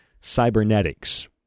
cybernetics